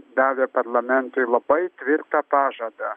davė parlamentui labai tvirtą pažadą